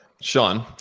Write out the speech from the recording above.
Sean